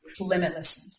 Limitlessness